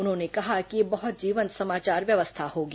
उन्होंने कहा कि यह बहुत जीवंत समाचार व्यवस्था होगी